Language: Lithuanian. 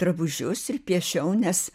drabužius ir piešiau nes